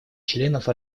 членов